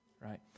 Right